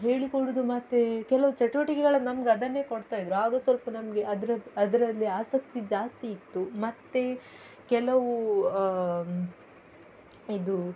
ಹೇಳಿಕೊಡೋದು ಮತ್ತು ಕೆಲವು ಚಟುವಟಿಗಳನ್ನ ನಮಗದನ್ನೆ ಕೊಡ್ತಾಯಿದ್ದರು ಆಗ ಸ್ವಲ್ಪ ನಮಗೆ ಅದರ ಅದರಲ್ಲಿ ಆಸಕ್ತಿ ಜಾಸ್ತಿ ಇತ್ತು ಮತ್ತೆ ಕೆಲವು ಇದು